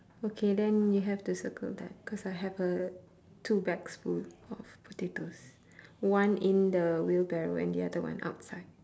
okay then you have to circle that cause I have uh two bags full of potatoes one in the wheelbarrow and the other one outside